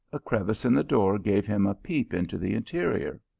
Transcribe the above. a crevice in the door gave him a peep into the interior.